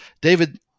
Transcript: david